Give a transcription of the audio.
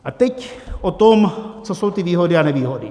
A teď o tom, co jsou ty výhody a nevýhody.